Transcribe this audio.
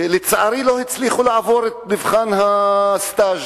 שלצערי לא הצליחו לעבור את מבחן הסטאז',